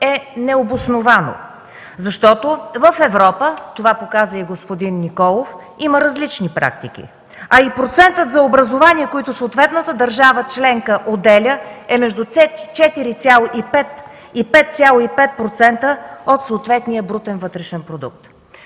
е необосновано, защото в Европа – това го каза и господин Николов, има различни практики, а и процентът за образование, който съответната държава членка отделя, е между 4,5 и 5,5% от съответния брутен вътрешен продукт.